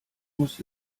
muss